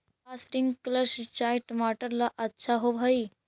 का स्प्रिंकलर सिंचाई टमाटर ला अच्छा होव हई?